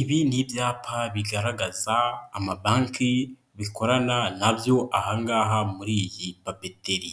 Ibi ni ibyapa bigaragaza amabanki bikorana na byo aha ngaha muri iyi papeteri,